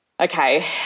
okay